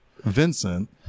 Vincent